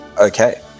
Okay